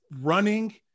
running